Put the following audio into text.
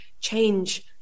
change